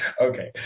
okay